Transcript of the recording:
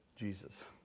Jesus